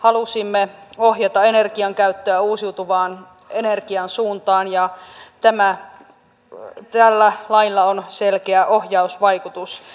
halusimme ohjata energiankäyttöä uusiutuvan energian suuntaan ja tällä lailla on selkeä ohjausvaikutus